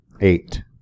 Eight